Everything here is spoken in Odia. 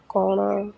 କ'ଣ